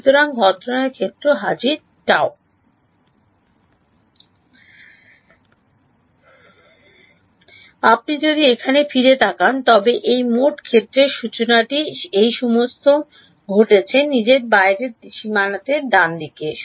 সুতরাং ঘটনার ক্ষেত্র হাজির Γ আপনি যদি এখানে ফিরে তাকান তবে এই মোট ক্ষেত্রের সূচনাটি এই সমস্ত Γ এর নিজের উপর বাইরের সীমাতে ঘটেছে ঠিক আছে